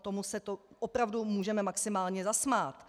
Tomu se opravdu můžeme maximálně zasmát.